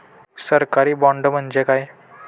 सरकारी बाँड म्हणजे काय?